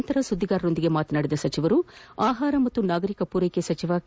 ಬಳಿಕ ಸುದ್ವಿಗಾರರೊಂದಿಗೆ ಮಾತನಾಡಿದ ಸಚಿವರು ಆಹಾರ ಮತ್ತು ನಾಗರಿಕ ಪೂರ್ನೆಕೆ ಸಚಿವ ಕೆ